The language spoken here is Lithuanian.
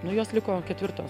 nu jos liko ketvirtos